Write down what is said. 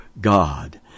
God